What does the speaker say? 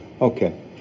Okay